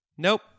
Nope